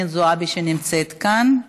מס' 9578, 9522,